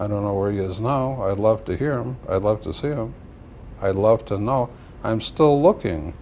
i don't know where he is now i'd love to hear him i'd love to see him i love to know i'm still looking